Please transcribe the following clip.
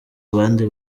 abandi